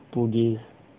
buddhist